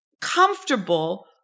comfortable